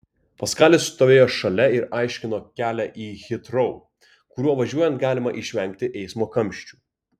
paskalis stovėjo šalia ir aiškino kelią į hitrou kuriuo važiuojant galima išvengti eismo kamščių